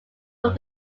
from